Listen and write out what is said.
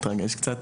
מתרגש קצת.